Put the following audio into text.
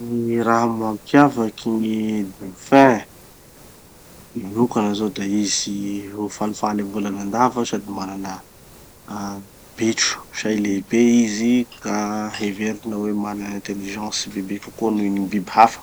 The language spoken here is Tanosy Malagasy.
Gny raha mampiavaky gny dauphin manokana zao da izy ho falifaly avao lalandava sady manana ah betro, say lehibe izy ka heverina hoe mana intelligence bebe kokoa nohon'ny gny biby hafa.